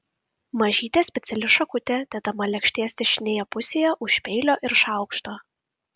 mažytė speciali šakutė dedama lėkštės dešinėje pusėje už peilio ir šaukšto